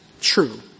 true